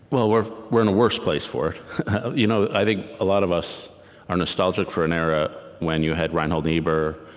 we're we're in a worse place for it. you know i think a lot of us are nostalgic for an era when you had reinhold niebuhr,